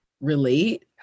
relate